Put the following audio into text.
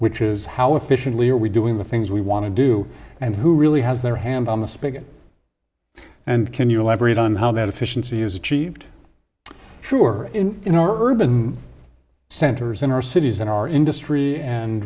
which is how efficiently are we doing the things we want to do and who really has their hand on the spigot and can you elaborate on how that efficiency is achieved sure in our urban centers in our cities in our industry and